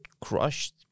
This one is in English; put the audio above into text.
crushed